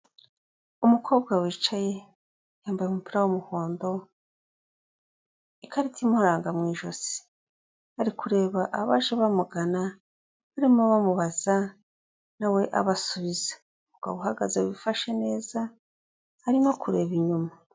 Umukobwa wicaye, yambaye umupira w'umuhondo, ikarita imuranga mu ijosi. Ari kureba abaje bamugana, barimo bamubaza nawe abasubiza, umugabo uhagaze wifashe neza, arimo kureba inyuma.